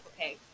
okay